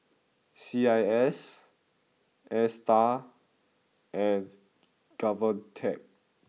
C I S Astar and Govtech